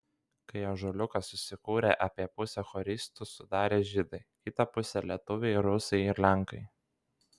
kai ąžuoliukas susikūrė apie pusę choristų sudarė žydai kitą pusę lietuviai rusai ir lenkai